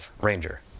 Ranger